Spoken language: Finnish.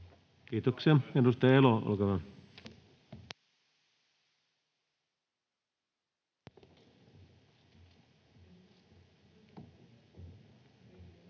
Kiitoksia. — Edustaja Elo, olkaa hyvä.